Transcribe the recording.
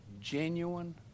genuine